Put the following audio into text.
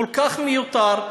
כל כך מיותר,